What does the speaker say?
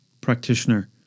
practitioner